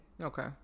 okay